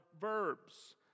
verbs